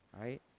right